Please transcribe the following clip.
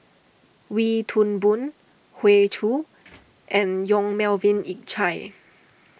Wee Toon Boon Hoey Choo and Yong Melvin Yik Chye